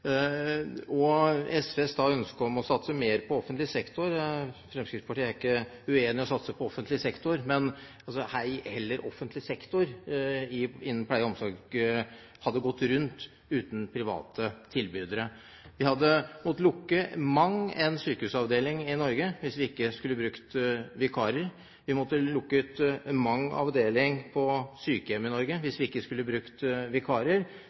og omsorg hadde gått rundt uten private tilbydere. Vi hadde måttet lukke mang en sykehusavdeling i Norge hvis vi ikke skulle brukt vikarer. Vi hadde måttet lukke mang en avdeling på sykehjem i Norge hvis vi ikke skulle brukt vikarer.